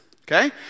Okay